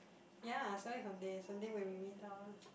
ya Saturday Sunday Sunday when we meet up ah